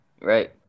Right